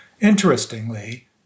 Interestingly